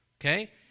okay